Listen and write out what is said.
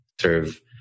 serve